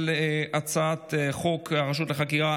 על הצעת חוק הרשות לחקירה